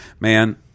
Man